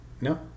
No